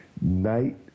night